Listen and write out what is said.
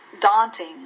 daunting